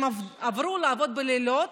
הם עברו לעבוד בלילות,